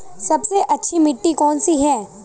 सबसे अच्छी मिट्टी कौन सी है?